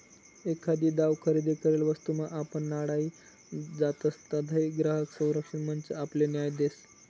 एखादी दाव खरेदी करेल वस्तूमा आपण नाडाई जातसं तधय ग्राहक संरक्षण मंच आपले न्याय देस